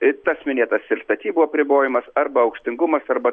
e tas minėtas ir statybų apribojimas arba aukštingumas arba